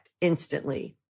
instantly